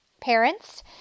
parents